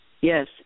Yes